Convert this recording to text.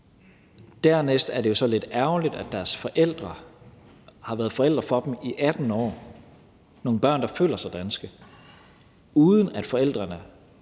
Dernæst er det jo så lidt ærgerligt, at deres forældre har været forældre for dem – nogle børn, der føler sig danske – i 18 år, uden at forældrene